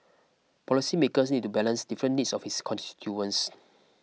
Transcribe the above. policymakers need to balance different needs of its constituents